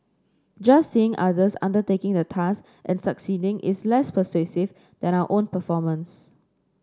just seeing others undertaking the task and succeeding is less persuasive than our own performance